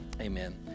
Amen